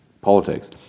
politics